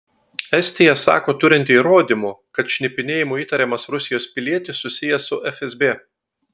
estija sako turinti įrodymų kad šnipinėjimu įtariamas rusijos pilietis susijęs su fsb